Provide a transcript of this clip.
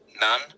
none